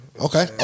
okay